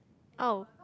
oh